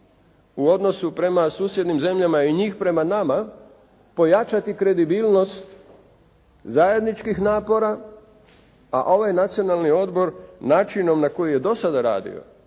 u odnosu prema susjednim zemljama i njih prema nama pojačati kredibilnost zajedničkih napora, a ovaj Nacionalni odbor načinom na koji je do sada radio,